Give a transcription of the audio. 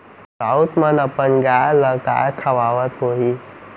राउत मन अपन गाय ल काय खवावत होहीं